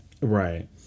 Right